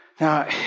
Now